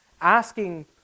asking